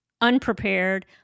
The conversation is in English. unprepared